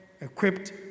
equipped